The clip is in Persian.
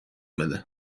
بده